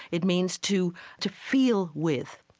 it means to to feel with.